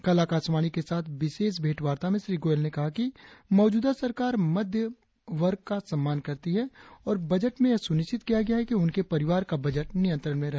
कल आकाशवाणी के साथ विशेष भेंट वार्ता में श्री गोयल ने कहा कि मौजूदा सरकार मध्यवर्ग का सम्मान करती है और बजट में यह सुनिश्चित किया गया है कि उनके परिवार का बजट नियंत्रण में रहे